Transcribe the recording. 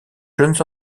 jeunes